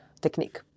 technique